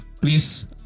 Please